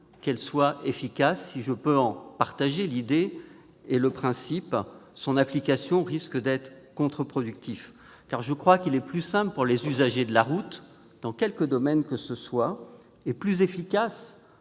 qu'elle soit efficace. Si je peux en partager l'idée et le principe, je pense que son application risque d'être contre-productive. Il est plus simple pour les usagers de la route, dans quelque domaine que ce soit, et plus efficace